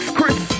Chris